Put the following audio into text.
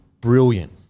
Brilliant